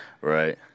Right